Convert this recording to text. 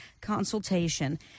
consultation